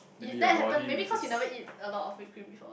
you that happen maybe cause you never eat a lot of whip cream before